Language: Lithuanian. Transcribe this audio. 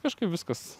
kažkaip viskas